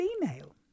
female